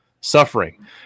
suffering